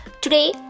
today